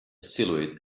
silhouette